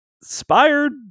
inspired